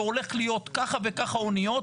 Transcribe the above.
שהולך להיות ככה וככה אוניות,